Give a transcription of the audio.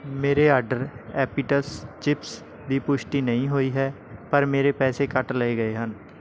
ਮੇਰੇ ਆਰਡਰ ਐਪੀਟਸ ਚਿਪਸ ਦੀ ਪੁਸ਼ਟੀ ਨਹੀਂ ਹੋਈ ਹੈ ਪਰ ਮੇਰੇ ਪੈਸੇ ਕੱਟ ਲਏ ਗਏ ਹਨ